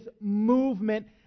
movement